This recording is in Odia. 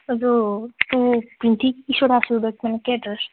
ଏ ତୁ ତୁ ପିନ୍ଧିକି କିସ ଗୋଟେ ଆସିବୁ ଦେଖୁନୁ କେ ଡ୍ରେସ୍